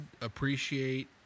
appreciate